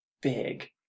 big